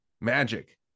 magic